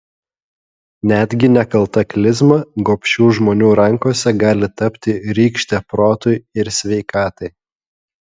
netgi nekalta klizma gobšių žmonių rankose gali tapti rykšte protui ir sveikatai